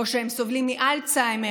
או שהם סובלים מאלצהיימר,